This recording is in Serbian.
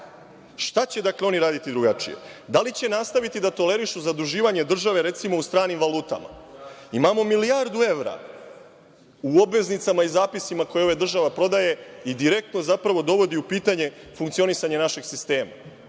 Šta će oni raditi drugačije? Da li će nastaviti da tolerišu zaduživanje države u stranim valutama? Imamo milijardu evra u obveznicima i zapisima koje država prodaje, direktno dovodi u pitanje funkcionisanje našeg sistema.